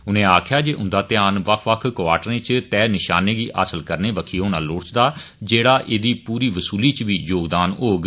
उनें आक्खेया जे उंदा ध्यान बक्ख बक्ख क्वारटरें इच तय निशानें गी हासल करने बक्खी होना लोड़चदा जेड़ा एहदी पूरी वसूली इच बी योगदान होग